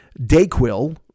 Dayquil